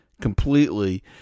completely